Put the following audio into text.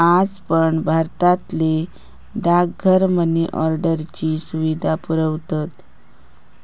आज पण भारतातले डाकघर मनी ऑर्डरची सुविधा पुरवतत